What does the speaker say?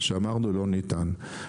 שאמרנו לא ניתן.